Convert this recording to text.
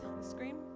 Scream